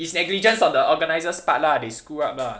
it's negligence on the organizer's part lah they screw up lah